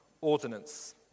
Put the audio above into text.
ordinance